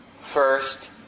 first